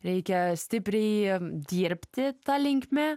reikia stipriai dirbti ta linkme